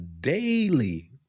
daily